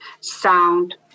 sound